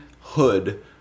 hood